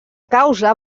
causa